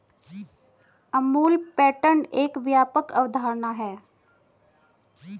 Amul pattern एक व्यापक अवधारणा है